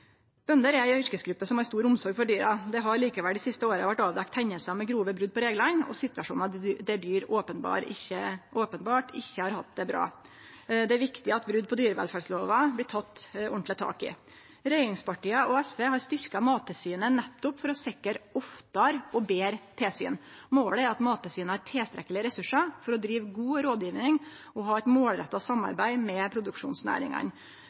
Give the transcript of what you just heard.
Bønder er ei yrkesgruppe som har stor omsorg for dyra. Det har likevel dei siste åra vore avdekt hendingar med grove brot på reglane og situasjonar der dyr openbert ikkje har hatt det bra. Det er viktig at brot på dyrevelferdslova blir teke ordentleg tak i. Regjeringspartia og SV har styrkt Mattilsynet nettopp for å sikre oftare og betre tilsyn. Målet er at Mattilsynet skal ha tilstrekkeleg med ressursar for å drive god rådgjeving og ha eit målretta samarbeid med produksjonsnæringane.